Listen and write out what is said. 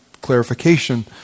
clarification